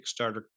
Kickstarter